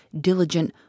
diligent